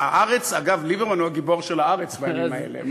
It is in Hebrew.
ליברמן, אגב, הוא הגיבור של "הארץ" בעניינים האלה.